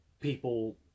people